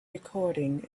recording